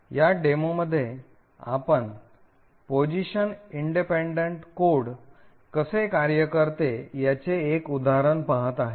या डेमोमध्ये आपण पोझिशन स्वतंत्र कोड कसे कार्य करते याचे एक उदाहरण पाहत आहे